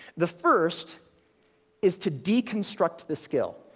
the first is to deconstruct the skill.